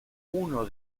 uno